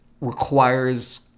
requires